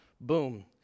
boom